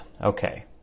Okay